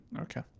Okay